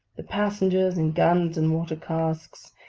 the passengers, and guns, and water-casks,